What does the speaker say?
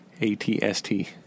atst